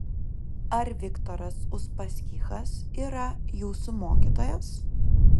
ar viktoras uspaskichas yra jūsų mokytojas